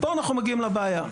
פה אנחנו מגיעים לבעיה,